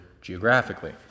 geographically